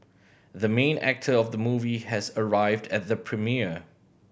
the main actor of the movie has arrived at the premiere